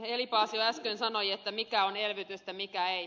heli paasio äsken sanoi mikä on elvytystä mikä ei